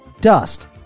Dust